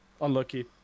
unlucky